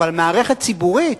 אבל מערכת ציבורית,